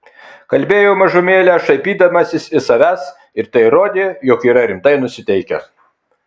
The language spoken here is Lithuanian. kalbėjo mažumėlę šaipydamasis iš savęs ir tai rodė jog yra rimtai nusiteikęs